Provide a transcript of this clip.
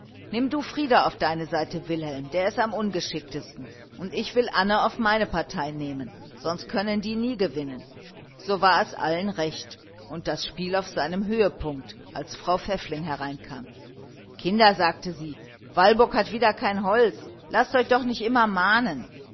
nimm du frieder auf deine seite wilhelm der ist am ungeschicktesten und ich will anne auf meine partei nehmen sonst können die nie gewinnen so war es allen recht und das spiel auf seinem höhepunkt als frau pfäffling hereinkam kinder sagte sie walburg hat wieder kein holz laßt euch doch nicht immer mahnen